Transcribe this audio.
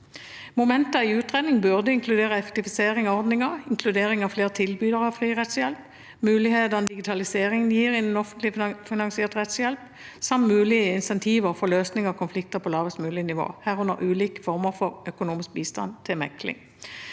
Momenter i utredningen burde inkludere effektivisering av ordningen, inkludering av flere tilbydere av fri rettshjelp, mulighetene digitalisering gir innen offentlig finansiert rettshjelp, samt mulige insentiver for løsning av konflikter på lavest mulig nivå, herunder ulike former for økonomisk bistand til mekling.